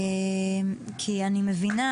כי אני מבינה